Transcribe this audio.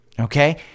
Okay